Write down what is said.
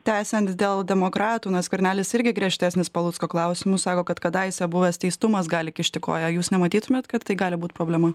tęsiant dėl demokratų na skvernelis irgi griežtesnis palocko klausimu sako kad kadaise buvęs teistumas gali kišti koją ar jūs nematytumėt kad tai gali būti problema